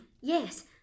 Yes